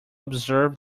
observe